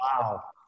Wow